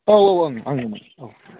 औ औ ओं ओं औ